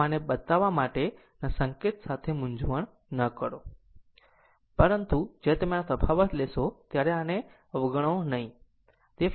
આમ આને બતાવવા માટેના સંકેત સાથે મૂંઝવણ ન કરો પરંતુ જ્યારે તમે આનો તફાવત લેશો ત્યારે આને અવગણો નહીં